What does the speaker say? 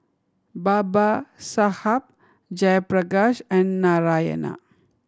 Babasaheb Jayaprakash and Narayana